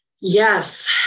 Yes